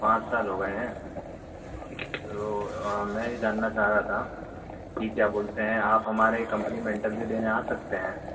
पाँच साल हो गए हैं मैं यह जानना चाह रहा था कि क्या बोलते हैं आप हमारी कंपनी में इंटरव्यू देने आ सकते हैं